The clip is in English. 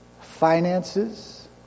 finances